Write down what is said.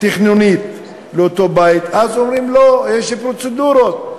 תכנונית לאותו בית, אז אומרים: לא, יש פרוצדורות.